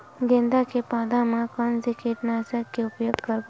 गेंदा के पौधा म कोन से कीटनाशक के उपयोग करबो?